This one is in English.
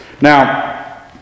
Now